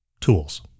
Tools